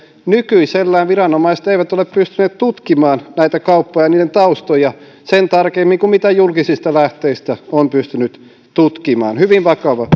niin nykyisellään viranomaiset eivät ole pystyneet tutkimaan näitä kauppoja ja niiden taustoja sen tarkemmin kuin mitä julkisista lähteistä on pystynyt tutkimaan hyvin vakava